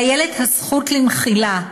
לילד הזכות למחילה.